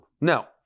Now